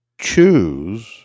choose